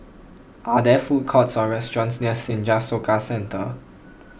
are there food courts or restaurants near Senja Soka Centre